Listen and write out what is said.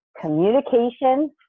Communication